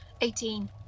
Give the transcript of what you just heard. Eighteen